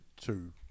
two